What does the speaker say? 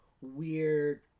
weird